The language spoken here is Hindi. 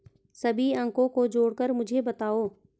सभी अंकों को जोड़कर मुझे बताओ